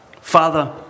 Father